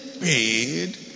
paid